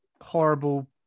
horrible